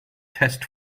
test